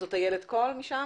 זאת איילת קול שם